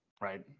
right